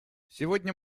сегодня